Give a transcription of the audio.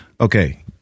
Okay